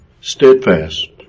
steadfast